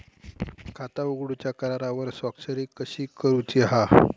खाता उघडूच्या करारावर स्वाक्षरी कशी करूची हा?